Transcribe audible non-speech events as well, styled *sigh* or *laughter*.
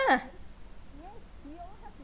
*noise*